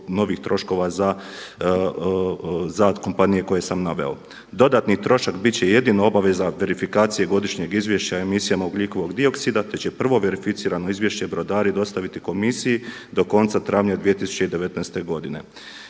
novih troškova za kompanije koje sam naveo. Dodatni trošak bit će jedino obaveza verifikacije godišnjeg izvješća o emisijama ugljikovog dioksida te će prvo verificirano izvješće brodari dostaviti komisiji do konca travnja 2019. godine.